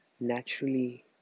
naturally